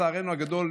לצערנו הגדול,